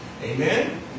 Amen